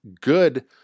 good